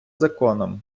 законом